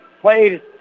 played